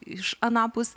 iš anapus